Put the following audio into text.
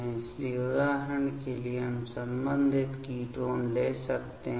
इसलिए उदाहरण के लिए हम संबंधित कीटोन्स ले सकते हैं